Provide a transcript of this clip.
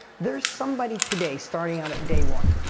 there's somebody today starting out at day one.